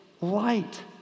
light